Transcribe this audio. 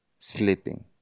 sleeping